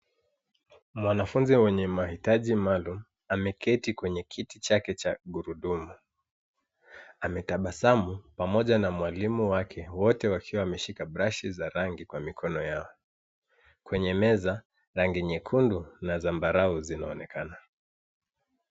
Mwanafuzi mwenye mahitaji maalum ameketi kwenye kiti chake cha gurudumu, ametabasamu pamoja na mwalimu wake. Wote wakiwa wameshika brashi za rangi kwa mikono yao. Kwenye meza, rangi nyekundu na zambarau zinaonekana.